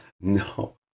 No